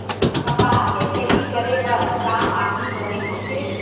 कपास के खेती करे बर का माटी बने होथे?